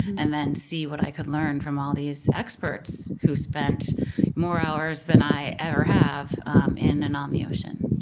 and then see what i could learn from all these experts who spent more hours than i ever have um in and on um the ocean.